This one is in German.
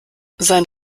sein